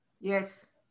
Yes